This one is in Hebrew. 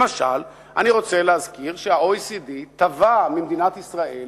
למשל, אני רוצה להזכיר שה-OECD תבע ממדינת ישראל